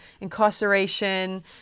incarceration